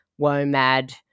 WOMAD